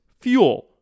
Fuel